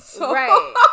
Right